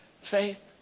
faith